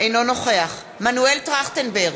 אינו נוכח מנואל טרכטנברג,